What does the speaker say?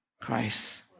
Christ